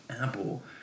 Apple